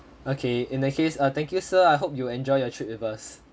okay in that case uh thank you sir I hope you enjoy your trip with us